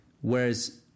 Whereas